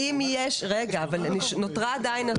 אם כן, על מה הדיון?